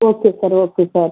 okay sir okay sir